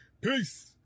Peace